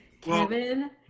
Kevin